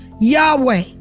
Yahweh